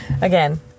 Again